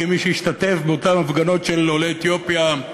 כמי שהשתתף באותן הפגנות של עולי אתיופיה,